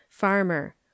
Farmer